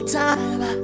time